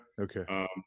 Okay